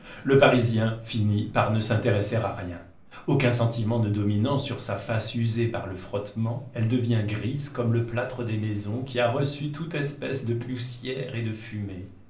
le parisien finit par ne s'intéresser à rien aucun sentiment ne dominant sur sa face usée par le frottement elle devient grise comme le plâtre des maisons qui a reçu toute espèce de poussière et de fumée